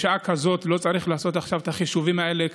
בשעה כזאת לא צריך לעשות את החישובים האלה,